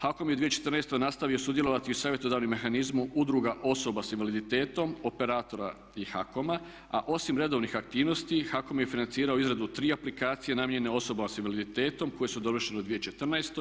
HAKOM je u 2014. nastavio sudjelovati u savjetodavnom mehanizmu udruga osoba sa invaliditetom, operatora i HAKOM-a, a osim redovnih aktivnosti HAKOM je financirao izradu tri aplikacije namijenjene osobama sa invaliditetom koje su dovršene u 2014.